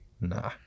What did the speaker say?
Nah